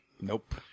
Nope